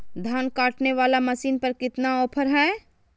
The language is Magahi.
धान काटने वाला मसीन पर कितना ऑफर हाय?